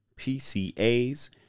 PCAs